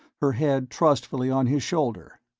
her head trustfully on his shoulder.